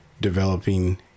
developing